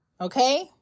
Okay